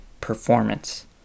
performance